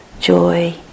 joy